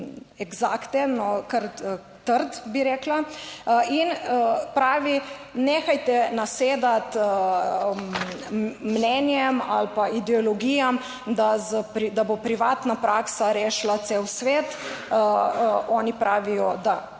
eksakten, kar trd, bi rekla in pravi, nehajte nasedati mnenjem ali pa ideologijam, da bo privatna praksa rešila cel svet. Oni pravijo, da